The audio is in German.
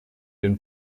den